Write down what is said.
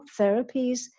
therapies